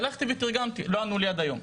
הלכתי ותרגמתי, לא ענו לי עד היום.